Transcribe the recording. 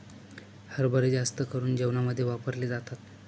हरभरे जास्त करून जेवणामध्ये वापरले जातात